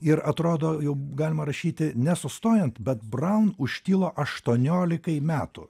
ir atrodo jau galima rašyti nesustojant bet braun užtilo aštuoniolikai metų